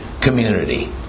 community